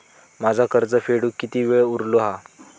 माझा कर्ज फेडुक किती वेळ उरलो हा?